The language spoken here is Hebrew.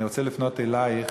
אני רוצה לפנות אלייך,